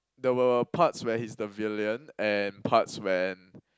there were parts where he's the villain and parts when